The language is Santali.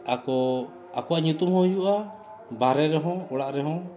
ᱟᱠᱚ ᱟᱠᱚᱣᱟᱜ ᱧᱩᱛᱩᱢ ᱦᱚᱸ ᱦᱩᱭᱩᱜᱼᱟ ᱵᱟᱦᱨᱮ ᱨᱮᱦᱚᱸ ᱚᱲᱟᱜ ᱨᱮᱦᱚᱸ